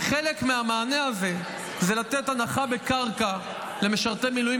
וחלק מהמענה הזה זה לתת הנחה בקרקע למשרתי מילואים,